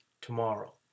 tomorrow